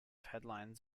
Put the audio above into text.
headlines